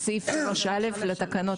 זה סעיף 3 א' בתקנות.